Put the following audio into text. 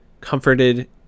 comforted